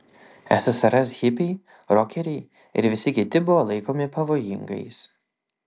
sssr hipiai rokeriai ir visi kiti buvo laikomi pavojingais